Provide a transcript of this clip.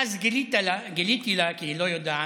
ואז גיליתי לה, כי היא לא יודעת,